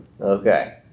Okay